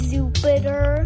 Jupiter